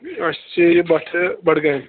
اَسہِ چھِ یہِ بَٹھٕ بڈگامہِ